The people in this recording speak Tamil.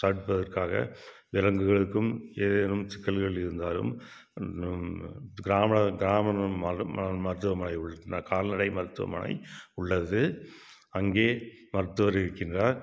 விலங்குகளுக்கும் ஏதேனும் சிக்கல்கள் இருந்தாலும் கிராம கிராம மருத்துவமனை உள்ளது கால்நடை மருத்துவமனை உள்ளது அங்கே மருத்துவர் இருக்கின்றார்